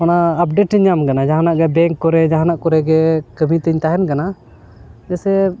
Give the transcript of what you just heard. ᱚᱱᱟ ᱟᱯᱰᱮᱴ ᱤᱧ ᱧᱟᱢ ᱠᱟᱱᱟ ᱡᱟᱦᱟᱱᱟᱜ ᱜᱮ ᱵᱮᱝᱠ ᱠᱚᱨᱮ ᱡᱟᱦᱟᱱᱟᱜ ᱠᱚᱨᱮ ᱜᱮ ᱠᱟᱹᱢᱤ ᱛᱤᱧ ᱛᱟᱦᱮᱱ ᱠᱟᱱᱟ ᱡᱮᱭᱥᱮ